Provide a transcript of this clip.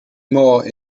more